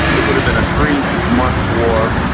it would have been a three month war.